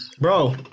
Bro